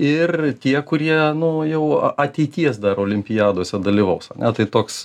ir tie kurie nu jau ateities dar olimpiadose dalyvaus tai toks